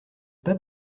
pas